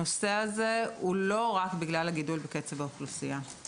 הנושא הזה הוא לא רק בגלל קצב הגידול של האוכלוסייה.